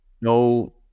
no